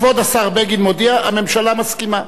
כבוד השר בגין מודיע: הממשלה מסכימה.